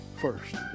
first